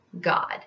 God